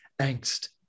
angst